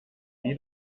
wie